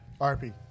RP